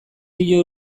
dio